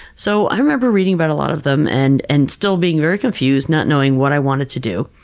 so i remember reading about a lot of them and and still being very confused, not knowing what i wanted to do,